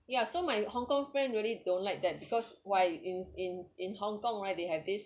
ya so my hong kong friend really don't like that because why is in in hong kong right they have this